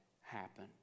happen